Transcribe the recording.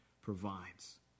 provides